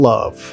Love